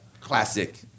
classic